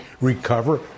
recover